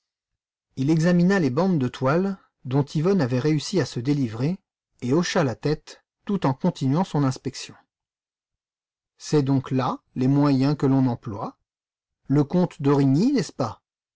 il examina les bandes de toile dont yvonne avait réussi à se délivrer et hocha la tête tout en continuant son inspection c'est donc là les moyens que l'on emploie le comte d'origny n'est-ce pas